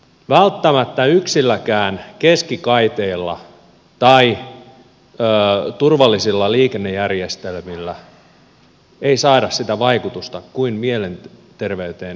välttämättä yksilläkään keskikaiteilla tai turvallisilla liikennejärjestelmillä ei saada sitä vaikutusta kuin mielenterveyteen yleisesti panostamalla